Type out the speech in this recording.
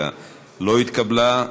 9 לא התקבלה.